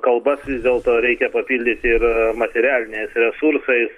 kalbas vis dėlto reikia papildyti ir materialiniais resursais